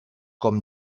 com